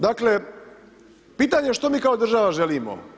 Dakle, pitanje je što mi kao država želimo?